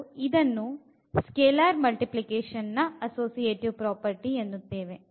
ಮತ್ತೆ ಇದನ್ನು scalar multiplication ನ ಅಸ್ಸೊಸಿಯೆಟಿವ್ ಪ್ರಾಪರ್ಟಿ ಎನ್ನುತ್ತೇವೆ